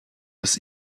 was